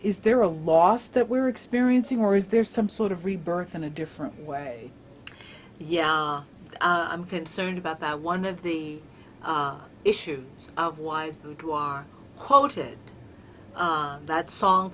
is there a loss that we're experiencing or is there some sort of rebirth in a different way yeah i'm concerned about that one of the issues of wise who are quoted that song